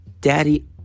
daddy